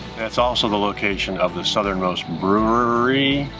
and it's also the location of the southernmost brewery,